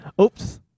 Oops